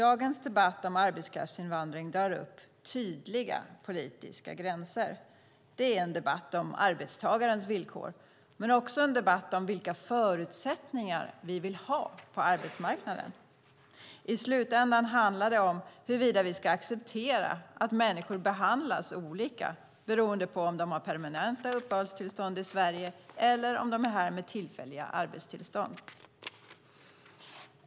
Dagens debatt om arbetskraftsinvandring drar upp tydliga politiska gränser. Det är en debatt om arbetstagarens villkor men också en debatt om vilka förutsättningar vi vill ha på arbetsmarknaden. I slutändan handlar det om huruvida vi ska acceptera att människor behandlas olika beroende på om de har permanent uppehållstillstånd i Sverige eller om de är här och har tillfälligt arbetstillstånd.